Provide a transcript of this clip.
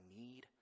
need